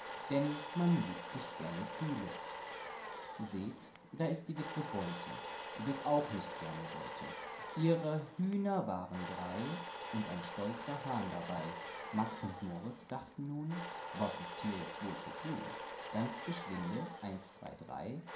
denn man liegt nicht gerne kühle illustration witwe bolte seht da ist die witwe bolte die das auch nicht gerne wollte illustration drei hühner und ein hahn ihrer hühner waren drei und ein stolzer hahn dabei max und moritz dachten nun was ist hier jetzt wohl zu tun ganz geschwinde eins zwei drei